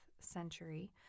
century